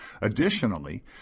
Additionally